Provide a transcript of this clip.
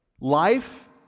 life